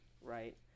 right